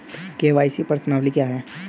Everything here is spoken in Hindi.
के.वाई.सी प्रश्नावली क्या है?